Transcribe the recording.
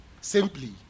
simply